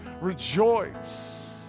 Rejoice